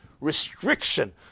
restriction